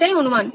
এটাই অনুমান